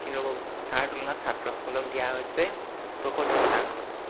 কিন্তু তাৰ তুলনাত ছাত্ৰসকলক দিয়া হৈছে পঁয়সত্তৰ শতাংশত